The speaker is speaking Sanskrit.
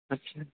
अच्छा